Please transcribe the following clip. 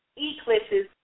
eclipses